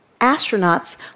Astronauts